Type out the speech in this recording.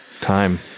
time